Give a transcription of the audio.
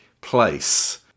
place